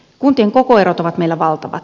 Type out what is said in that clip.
kuntien kokoerot ovat meillä valtavat